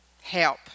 Help